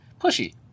pushy